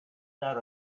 that